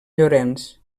llorenç